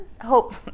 Hope